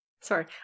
Sorry